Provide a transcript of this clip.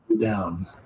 down